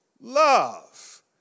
love